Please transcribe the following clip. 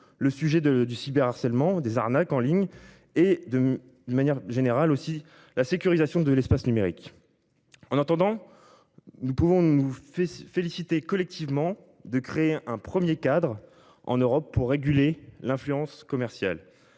les sujets du harcèlement et des arnaques en ligne, ainsi que, plus généralement, de la sécurisation de l'espace numérique. En attendant, nous pouvons nous féliciter collectivement de créer le premier cadre en Europe pour réguler l'influence commerciale.